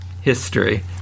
history